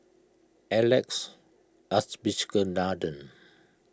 Alex Abisheganaden